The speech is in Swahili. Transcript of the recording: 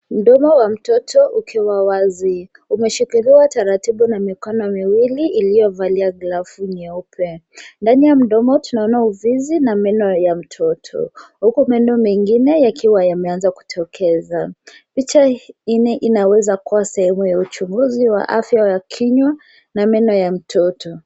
Mdomo wa mtoto ukiwa wazi. Unashikiliwa taratibu na mikono miwili iliyovalia glavu nyeupe. Ndani ya mdomo tunaona ufizi na meno ya mtoto huku meno mengine yakiwa yameanza kutokeza. Picha hii inaweza kuwa sehemu ya uchunguzi wa afya ya kinywa na meno ya mtoto.